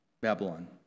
Babylon